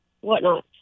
whatnot